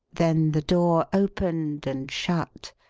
then the door opened and shut,